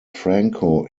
franco